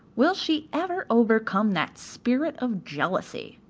will she ever overcome that spirit of jealousy?